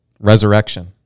Resurrection